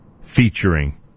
featuring